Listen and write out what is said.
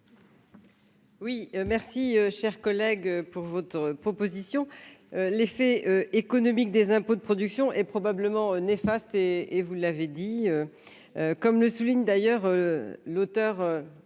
Oui merci, cher collègue pour votre proposition l'effet économique des impôts, de production et probablement néfaste et et vous l'avez dit, comme le souligne d'ailleurs l'auteur